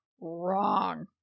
wrong